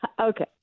Okay